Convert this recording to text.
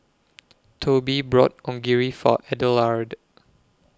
Tobi bought Onigiri For Adelard